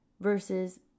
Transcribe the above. Versus